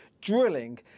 drilling